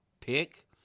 pick